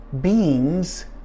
beings